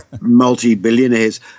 multi-billionaires